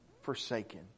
forsaken